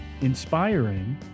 inspiring